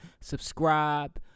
subscribe